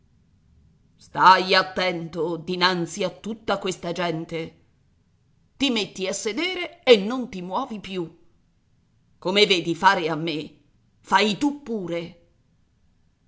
stai attento dinanzi a tutta questa gente ti metti a sedere e non ti muovi più come vedi fare a me fai tu pure